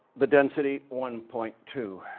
the density, one point two.